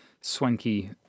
swanky